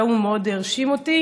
שהיום מאוד הרשים אותי